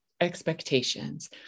expectations